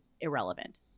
irrelevant